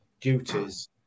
duties